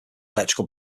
electrical